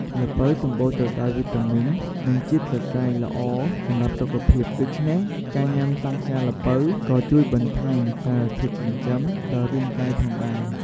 ល្ពៅសម្បូរទៅដោយវីតាមីន និងជាតិសរសៃល្អសម្រាប់សុខភាពដូច្នេះ ការញ៉ាំសង់ខ្យាល្ពៅក៏ជួយបន្ថែមសារធាតុចិញ្ចឹមដល់រាងកាយផងដែរ។